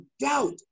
doubt